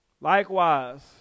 Likewise